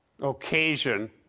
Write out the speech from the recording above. occasion